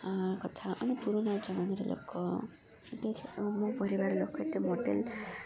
ଏ କଥା ମାନେ ପୁରୁଣା ଜମାନାର ଲୋକ ଏ ମୋ ପରିବାର ଲୋକ ଏତେ ମଡ଼େଲ